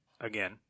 Again